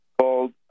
called